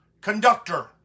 conductor